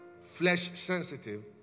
flesh-sensitive